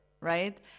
right